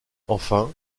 enfin